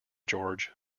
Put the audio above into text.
george